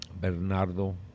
Bernardo